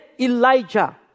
Elijah